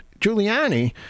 Giuliani